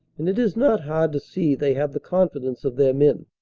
and it is not hard to see they have the confidence of their men.